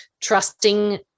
trusting